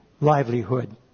livelihood